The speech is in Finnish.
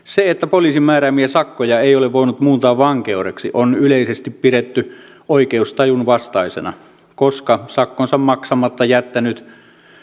sitä että poliisin määräämiä sakkoja ei ole voinut muuntaa vankeudeksi on yleisesti pidetty oikeustajun vastaisena koska sakkonsa maksamatta jättänyt